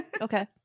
Okay